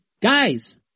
guys